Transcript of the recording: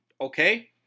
okay